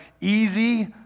easy